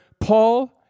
Paul